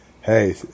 hey